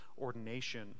ordination